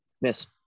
Miss